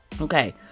Okay